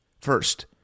First